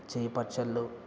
చే పచ్చళ్ళు